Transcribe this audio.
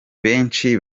benshi